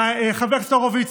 וחבר הכנסת הורוביץ,